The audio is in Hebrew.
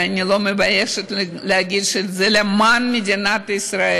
ואני לא מתביישת להגיד שזה למען מדינת ישראל.